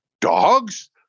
dogs